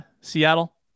Seattle